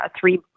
three